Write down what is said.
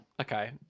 Okay